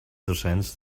docents